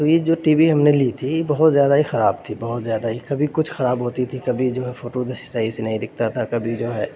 تو یہ جو ٹی وی ہم نے لی تھی بہت زیادہ ہی خراب تھی بہت زیادہ ہی کبھی کچھ خراب ہوتی تھی کبھی جو ہے فوٹو صحیح سے نہیں دکھتا تھا کبھی جو ہے